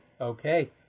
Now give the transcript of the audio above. okay